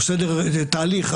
ביזיון.